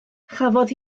chafodd